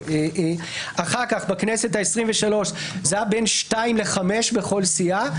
אחר כך בכנסת העשרים ושלוש זה היה בין שניים לחמישה בכל סיעה,